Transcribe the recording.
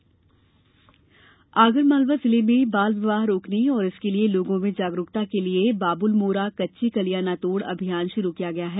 जागरूकता आगरमालवा जिले में बाल विवाह रोकने और इसके लिये लोगों में जागरूकता के लिये बाबल मोरा कच्ची कलियां न तोड अभियान शुरू किया गया है